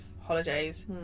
holidays